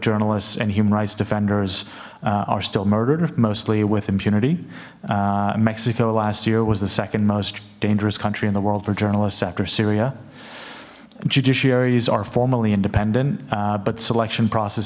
journalists and human rights defenders are still murdered mostly with impunity mexico last year was the second most dangerous country in the world for journalists after syria judiciary's are formally independent but selection process